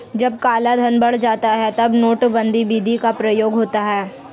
जब कालाधन बढ़ जाता है तब नोटबंदी विधि का प्रयोग होता है